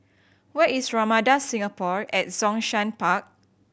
where is Ramada Singapore at Zhongshan Park